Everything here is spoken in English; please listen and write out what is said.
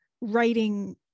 writing